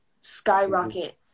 skyrocket